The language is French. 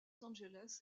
angeles